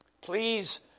please